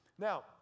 Now